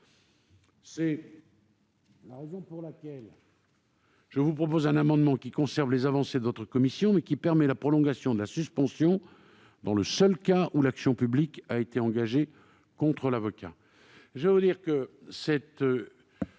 C'est la raison pour laquelle je vous propose un amendement qui, tout en conservant les avancées de votre commission, tend à permettre la prolongation de la suspension dans le seul cas où une action publique a été engagée contre l'avocat.